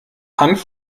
hanf